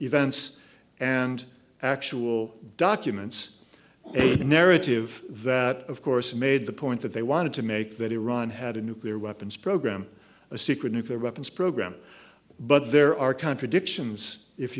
events and actual documents the narrative that of course made the point that they wanted to make that iran had a nuclear weapons program a secret nuclear weapons program but there are contradictions if